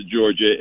Georgia